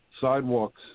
sidewalks